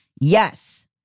Yes